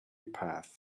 path